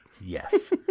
Yes